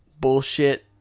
bullshit